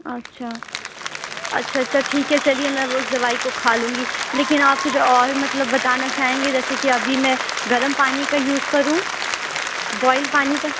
اچھا اچھا اچھا ٹھیک ہے چلیے میں اس دوائی کو کھا لوں گی لیکن آپ کچھ اور مطلب بتانا چاہیں گے جیسے کہ ابھی میں گرم پانی کا یوز کروں بوائل پانی کا